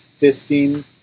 fisting